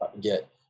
get